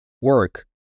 work